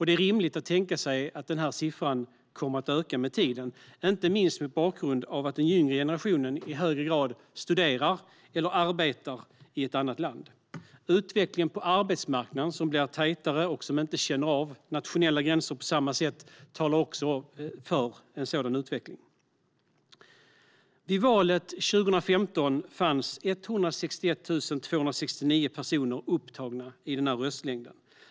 Det är rimligt att tänka sig att denna siffra kommer att öka med tiden, inte minst mot bakgrund av att den yngre generationen i högre grad studerar eller arbetar i ett annat land. Utvecklingen på arbetsmarknaden - som blir tajtare och inte känner av nationella gränser på samma sätt - talar också för en sådan utveckling. Vid valet 2015 fanns 161 269 personer upptagna i den här röstlängden.